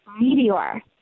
Meteor